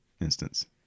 instance